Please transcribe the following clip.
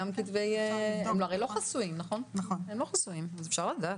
הם הרי לא חסויים אז אפשר לדעת.